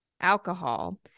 alcohol